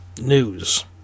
news